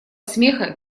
смеха